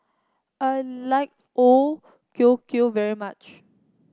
I like O Kueh Kueh very much